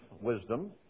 wisdom